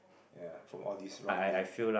ya from all this running